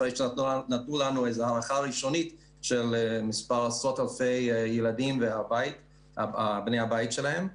אחרי שנתנו לנו הערכה ראשונית של מספר עשרות אלפי ילדים ובני הבית שלהם,